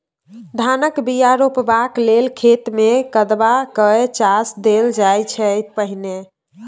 धानक बीया रोपबाक लेल खेत मे कदबा कए चास देल जाइ छै पहिने